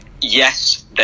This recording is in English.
Yes